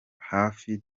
hafi